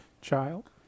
Child